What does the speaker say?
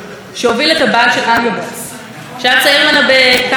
ואין ספק שהייתה שם לפחות בשלב מסוים אהבה גדולה,